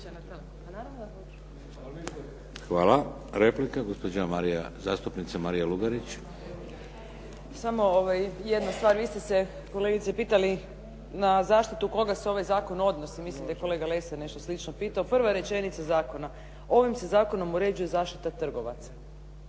Hvala. Replika, gospođa zastupnica Marija Lugarić. **Lugarić, Marija (SDP)** Samo jednu stvar. Vi ste se kolegice pitali na zaštitu koga se ovaj zakon odnosi? Mislim da je kolega Lesar nešto slično pitao. Prva je rečenica zakona ovim se zakonom uređuje zaštita trgovaca.